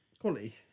quality